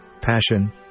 passion